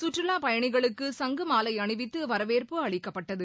கற்றுலாப் பயணிகளுக்கு சங்குமாலை அணிவித்து வரவேற்பு அளிக்கப்பட்டது